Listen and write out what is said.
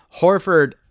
Horford